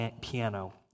piano